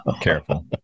Careful